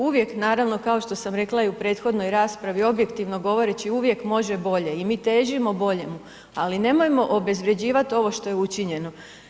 Uvijek naravno kao što sam rekla i u prethodnoj raspravi objektivno govoreći uvijek može bolje i mi težimo boljemu, ali nemojmo obezvrjeđivat ovo što je učinjeno.